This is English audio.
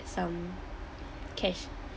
some cash